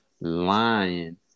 lying